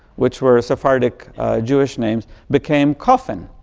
which were sephardic jewish names became coven,